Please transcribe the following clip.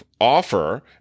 offer